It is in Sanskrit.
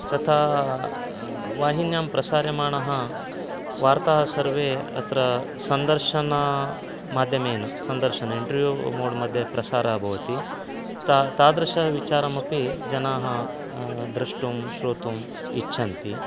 तथा वाहिन्यां प्रसार्यमाणः वार्ता सर्वे अत्र सन्दर्शनमाध्यमेन सन्दर्शन इण्टर्व्यू मोड् मध्ये प्रसारः भवति तादृशविचारमपि जनाः द्रष्टुं श्रोतुम् इच्छन्ति